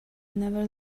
never